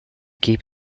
keep